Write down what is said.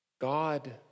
God